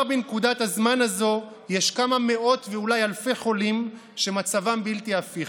כבר בנקודת הזמן הזו יש כמה מאות ואולי אלפי חולים שמצבם בלתי הפיך.